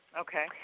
Okay